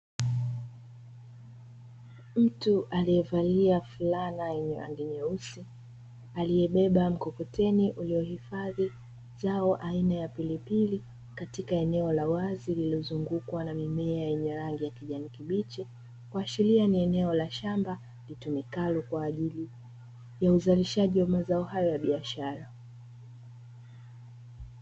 Mkuu aliyevalia fulana yenye rangi nyeusi, aliyebeba mkokoteni uliohifadhi dawa aina ya pili katika eneo la wazi nilizungukwa na mimea yenye rangi ya kijani kibichi, kwa sheria ni eneo la shamba litumikalo kwa ajili ya uzalishaji wa mazao hayo ya biashara.